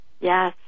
Yes